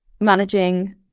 managing